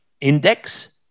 index